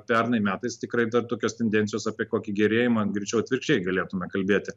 pernai metais tikrai dar tokios tendencijos apie kokį gerėjimą greičiau atvirkščiai galėtume kalbėti